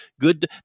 good